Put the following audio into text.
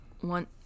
one